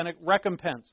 recompense